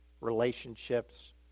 relationships